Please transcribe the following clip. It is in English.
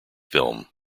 film